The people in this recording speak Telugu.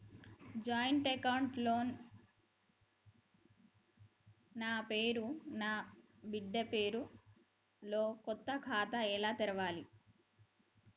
జాయింట్ అకౌంట్ లో నా పేరు నా బిడ్డే పేరు తో కొత్త ఖాతా ఎలా తెరవాలి?